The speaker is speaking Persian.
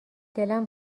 دلم